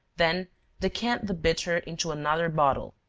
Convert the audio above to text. then decant the bitter into another bottle.